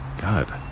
god